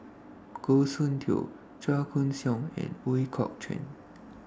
Goh Soon Tioe Chua Koon Siong and Ooi Kok Chuen